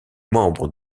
membre